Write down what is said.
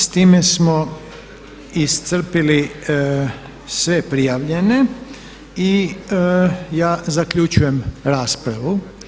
S time smo iscrpili sve prijavljene i ja zaključujem raspravu.